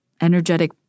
energetic